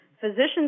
Physicians